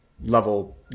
level